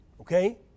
Okay